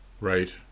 Right